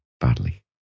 badly